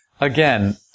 again